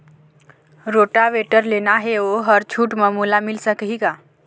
Rotavator लेना हे ओहर छूट म मोला मिल सकही का?